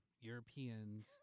europeans